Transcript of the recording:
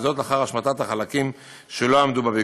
לאחר השמטת החלקים שלא עמדו בביקורת.